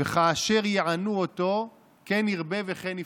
"וכאשר יענו אֹתו כן ירבה וכן יפרֹץ",